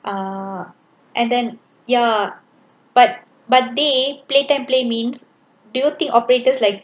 uh and then ya but but they play time play means do you think operators like